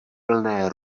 plné